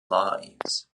lives